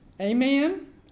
Amen